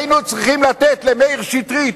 היינו צריכים לתת למאיר שטרית,